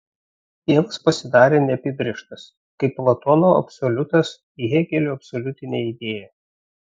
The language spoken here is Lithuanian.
dievas pasidarė neapibrėžtas kaip platono absoliutas hėgelio absoliutinė idėja